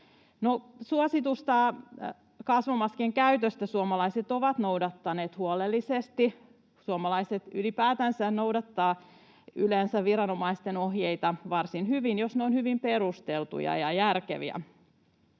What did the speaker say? suositusta kasvomaskien käytöstä suomalaiset ovat noudattaneet huolellisesti. Suomalaiset ylipäätänsä noudattavat yleensä viranomaisten ohjeita varsin hyvin, jos ne ovat hyvin perusteltuja ja järkeviä,